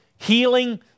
Healing